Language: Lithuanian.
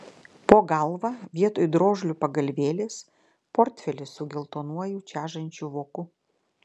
po galva vietoj drožlių pagalvėlės portfelis su geltonuoju čežančiu voku